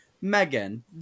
Megan